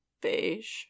beige